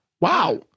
Wow